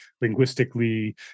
linguistically